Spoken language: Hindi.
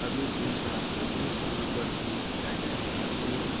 अभी कोई बात होगी सौ नंबर फोन किया जाएगा तो